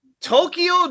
Tokyo